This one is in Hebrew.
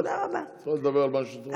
את יכולה לדבר על מה שאת רוצה.